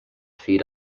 feed